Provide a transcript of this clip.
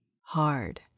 hard